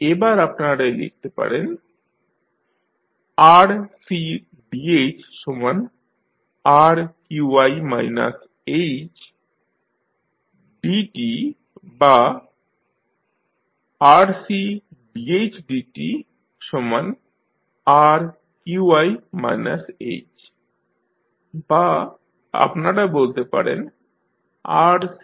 এবার আপনারা লিখতে পারেন RCdhRqi hdt বা RCdhdtRqi h বা আপনারা বলতে পারেন RCdhdthRqi